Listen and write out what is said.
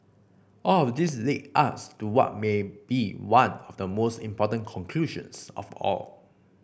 all of this lead us to what may be one of the most important conclusions of all